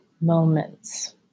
moments